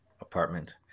apartment